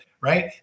right